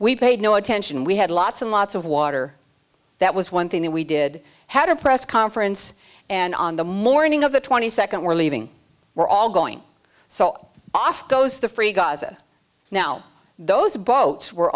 we paid no attention we had lots and lots of water that was one thing that we did had a press conference and on the morning of the twenty second we're leaving we're all going so off goes the free gaza now those boats were